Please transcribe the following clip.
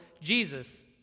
Jesus